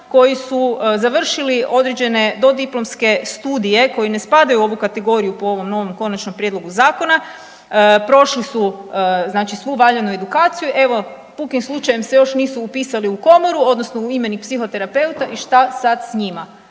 koji su završili određene dodiplomske studije koji ne spadaju u ovu kategoriju po ovom novom konačnom prijedlogu zakona, prošli su znači svu valjanu edukaciju, evo pukim slučajem se još nisu upisali u komoru odnosno u imenik psihoterapeuta i šta sad s njima,